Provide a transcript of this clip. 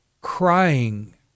crying